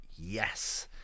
Yes